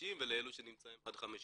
החדשים ולאלה שנמצאים עד 15 שנה.